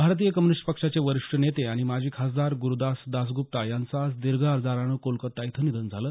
भारतीय कम्यूनिस्ट पक्षाचे वरिष्ठ नेते आणि माजी खासदार गुरूदास दासगुप्ता यांचं आज दिर्घ आजारानं कोलकत्ता इथं निधन झालं